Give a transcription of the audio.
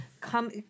come